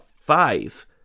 five